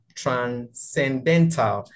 transcendental